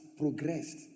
progressed